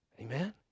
Amen